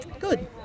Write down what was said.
Good